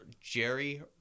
Jerry